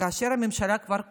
כאשר הממשלה כבר קמה,